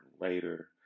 later